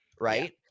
right